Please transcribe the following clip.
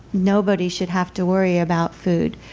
nobody should have to worry about food.